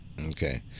Okay